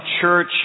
church